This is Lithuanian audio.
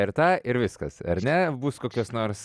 ir tą ir viskas ar ne bus kokios nors